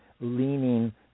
leaning